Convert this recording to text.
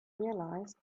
realized